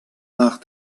nach